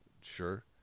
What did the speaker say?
Sure